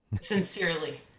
sincerely